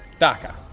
dhaka.